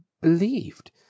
believed